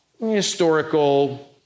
historical